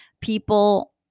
people